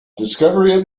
discovery